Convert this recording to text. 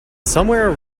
somewhere